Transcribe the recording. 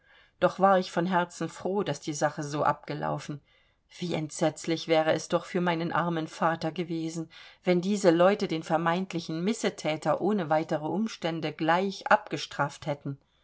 doch war ich von herzen froh daß die sache so abgelaufen wie entsetzlich wäre es doch für meinen armen vater gewesen wenn diese leute den vermeintlichen missethäter ohne weitere umstände gleich abgestraft hätten